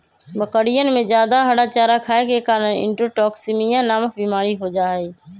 बकरियन में जादा हरा चारा खाये के कारण इंट्रोटॉक्सिमिया नामक बिमारी हो जाहई